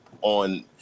on